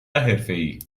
حرفهای